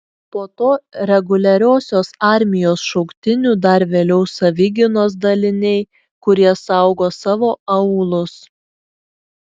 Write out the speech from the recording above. po to reguliariosios armijos šauktinių dar vėliau savigynos daliniai kurie saugo savo aūlus